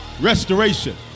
Restoration